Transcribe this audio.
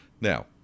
Now